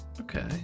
Okay